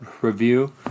review